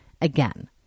Again